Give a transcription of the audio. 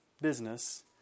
business